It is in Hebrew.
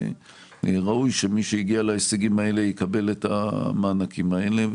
וראוי שמי שהגיע להישגים האלה יקבל את המענקים האלה.